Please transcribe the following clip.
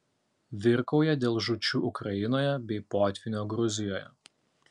virkauja dėl žūčių ukrainoje bei potvynio gruzijoje